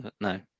no